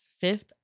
Fifth